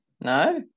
no